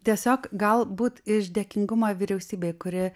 tiesiog galbūt iš dėkingumo vyriausybei kuri